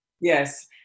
Yes